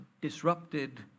disrupted